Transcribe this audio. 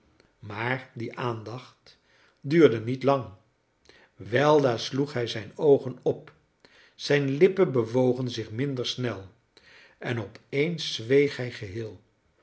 maar die aandacht duurde niet lang weldra sloeg hij zijne oogen op zijne lippen bewogen zich minder snel en opeens zweeg hij geheel